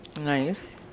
Nice